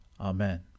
Amen